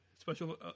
Special